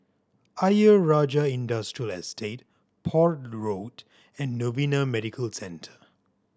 Ayer Rajah Industrial Estate Port Road and Novena Medical Centre